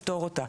לפתור אותה.